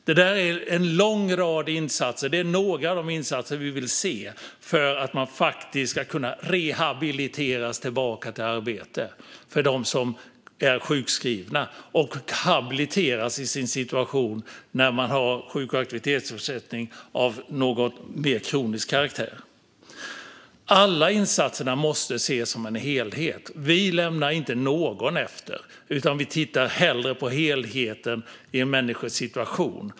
Det är en lång rad insatser. Detta är några av de insatser vi vill se för att personer som är sjukskrivna faktiskt ska kunna rehabiliteras tillbaka till arbete, och när man har sjuk och aktivitetsersättning av något mer kronisk karaktär ska man kunna habiliteras i sin situation. Alla insatserna måste ses som en helhet. Vi lämnar inte någon efter, utan vi tittar hellre på helheten i en människas situation.